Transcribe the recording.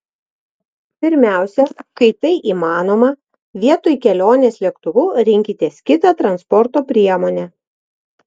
pirmiausia kai tai įmanoma vietoj kelionės lėktuvu rinkitės kitą transporto priemonę